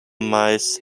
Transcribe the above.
mice